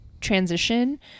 transition